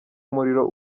umuriro